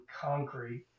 concrete